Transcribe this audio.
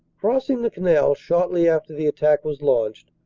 crossing the canal shortly after the attack was launched,